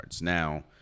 Now